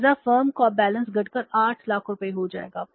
लिहाजा अब फर्म का बैलेंस घटकर 8 लाख रुपये हो जाएगा